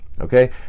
okay